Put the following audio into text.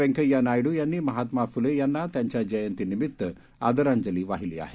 व्यंकय्या नायड्र यांनी महात्मा फुले यांना त्यांच्या जयंतीनिमित्त आदरांजली वाहिली आहे